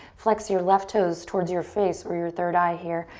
flex your left toes towards your face, or your third eye here.